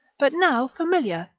but now familiar,